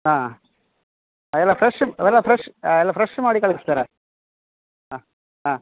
ಹಾಂ ಅದೆಲ್ಲ ಫ್ರೆಶ್ ಅವೆಲ್ಲ ಫ್ರೆಶ್ ಎಲ್ಲ ಫ್ರೆಶ್ ಮಾಡಿ ಕಳಿಸ್ತೀರಾ ಹಾಂ ಹಾಂ